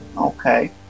Okay